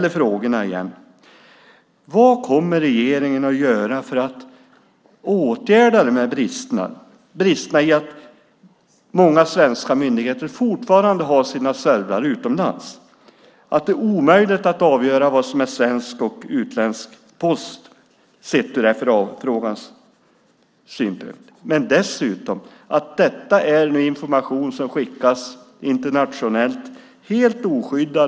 Jag frågar igen: Vad kommer regeringen att göra för att åtgärda bristerna med att många svenska myndigheter fortfarande har sina servrar utomlands och att det är omöjligt att avgöra vad som är svensk och utländsk post sett ur FRA-frågans synvinkel? Dessutom skickas denna information internationellt helt oskyddat.